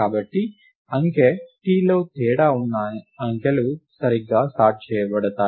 కాబట్టి అంకె t లో తేడా ఉన్న అంకెలు సరిగ్గా సార్ట్ చేయబడతాయి